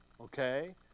Okay